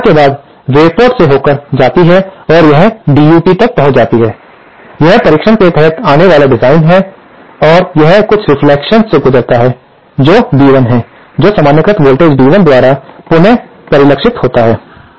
अब घटना के बाद वेव पोर्ट से होकर जाती है और यह DUT तक पहुंच जाती है यह परीक्षण के तहत आने वाला डिवाइस है और यह कुछ रिफ्लेक्शन से गुजरता है जो B1 है जो सामान्यीकृत वोल्टेजस B1 द्वारा पुन परिलक्षित होता है